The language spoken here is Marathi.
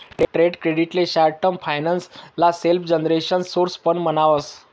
ट्रेड क्रेडिट ले शॉर्ट टर्म फाइनेंस ना सेल्फजेनरेशन सोर्स पण म्हणावस